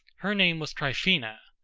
her name was tryphena.